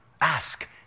Ask